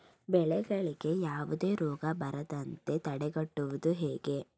ಬೆಳೆಗಳಿಗೆ ಯಾವುದೇ ರೋಗ ಬರದಂತೆ ತಡೆಗಟ್ಟುವುದು ಹೇಗೆ?